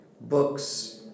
books